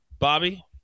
Bobby